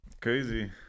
crazy